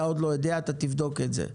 אתה עוד לא יודע, אתה תבדוק את זה.